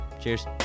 cheers